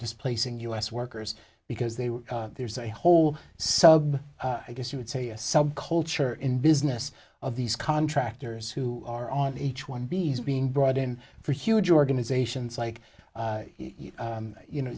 displacing u s workers because they were there's a hole so i guess you would say a subculture in business of these contractors who are on each one bees being brought in for huge organizations like you know